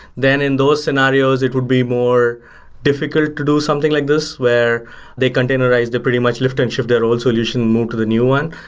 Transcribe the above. then in those scenarios, it would be more difficult to do something like this, where they containerize the pretty much lift and shift their all solution and move to the new one.